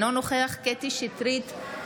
אינו נוכח קטי קטרין שטרית,